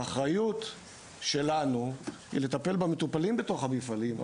האחריות שלנו היא לטפל במטופלים בתוך המפעלים,